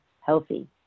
healthy